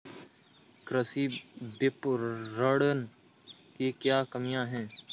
कृषि विपणन की क्या कमियाँ हैं?